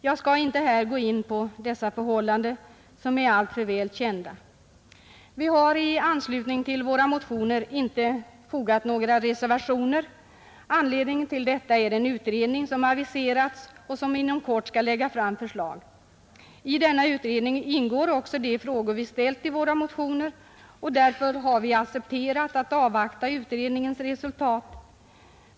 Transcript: Jag skall inte här gå in på dessa förhållanden närmare; de är alltför väl kända. Vi har inte i anslutning till våra motioner fogat några reservationer till utskottets betänkande. Anledningen härtill är den utredning som aviserats och som inom kort skall framlägga förslag. I den utredningen ingår också de frågor vi har ställt i våra motioner. Därför har vi accepterat att avvakta utredningens resultat.